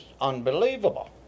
unbelievable